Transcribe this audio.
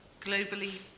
globally